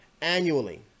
annually